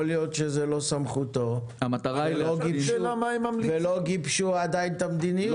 יכול להיות שזה לא סמכותו ולא גיבשו עדיין את המדיניות.